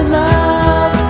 love